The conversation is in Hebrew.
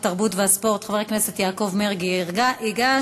התרבות והספורט חבר הכנסת יעקב מרגי ייגש.